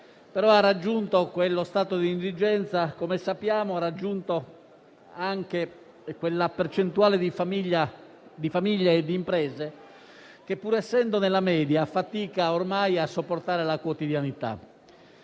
in quanto quello stato di indigenza, come sappiamo, ha raggiunto anche una percentuale di famiglie e di imprese che, pur essendo nella media, ormai faticano a sopportare la quotidianità.